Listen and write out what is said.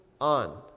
on